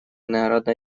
народно